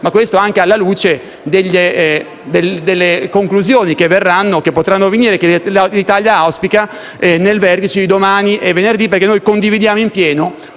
dell'anno, anche alla luce delle conclusioni che potranno venire e che l'Italia auspica nel vertice di domani e venerdì, perché noi condividiamo in pieno